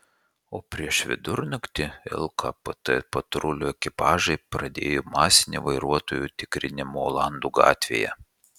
o prieš vidurnaktį lkpt patrulių ekipažai pradėjo masinį vairuotojų tikrinimą olandų gatvėje